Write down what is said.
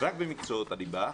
רק במקצועות הליבה,